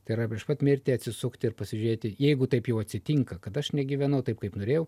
tai yra prieš pat mirtį atsisukti ir pasižiūrėti jeigu taip jau atsitinka kad aš negyvenau taip kaip norėjau